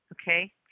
okay